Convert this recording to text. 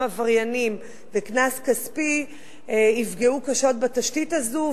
עבריינים וקנס כספי יפגעו קשות בתשתית הזו,